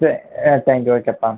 ah thank you ஓகேப்பா